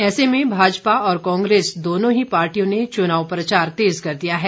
ऐसे में भाजपा और कांग्रेस दोनों ही पार्टियों ने चुनाव प्रचार तेज कर दिया है